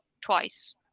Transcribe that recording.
twice